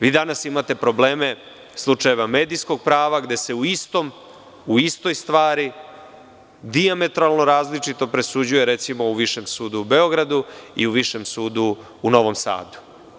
Vi danas imate probleme slučajeva medijskog prava, gde se u istoj stvari dijametralno različito presuđuje u Višem sudu u Beogradu i u Višem sudu u Novom Sadu.